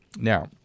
Now